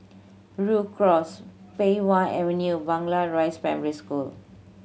Rhu Cross Pei Wah Avenue Blangah Rise Primary School